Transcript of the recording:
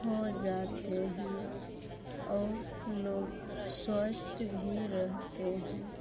हो जाते हैं और लोग स्वस्थ भी रहते हैं